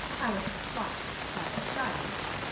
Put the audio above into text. alice replied, rather shyly,